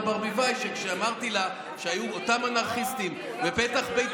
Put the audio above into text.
אתה עושה פרצוף מופתע.